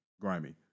grimy